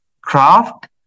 craft